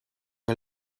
che